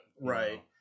right